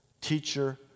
teacher